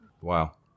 Wow